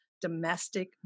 domestic